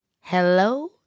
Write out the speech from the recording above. hello